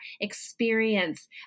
experience